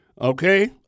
okay